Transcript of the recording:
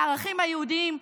מהערכים היהודיים,